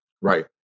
Right